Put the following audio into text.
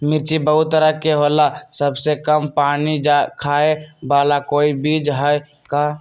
मिर्ची बहुत तरह के होला सबसे कम पानी खाए वाला कोई बीज है का?